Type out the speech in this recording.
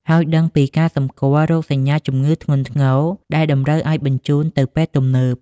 ហើយដឹងពីការសម្គាល់រោគសញ្ញាជំងឺធ្ងន់ធ្ងរដែលតម្រូវឱ្យបញ្ជូនទៅពេទ្យទំនើប។